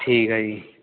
ਠੀਕ ਹੈ ਜੀ